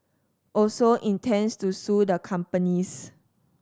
also intends to sue the companies